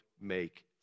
make